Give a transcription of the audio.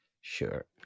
Sure